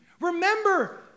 Remember